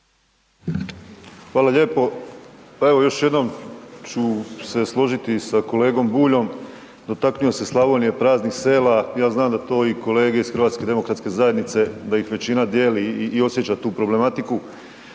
Hvala lijepo. Pa evo još jednom ću se složiti sa kolegom Buljom, dotaknuo se Slavonije, praznih sela, ja znam da to i kolege iz HDZ-a da ih većina dijeli i osjeća tu problematiku,